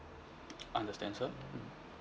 understand sir